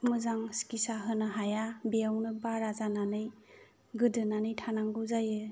मोजां सिकितसा होनो हाया बेयावनो बारा जानानै गोदोनानै थानांगौ जायो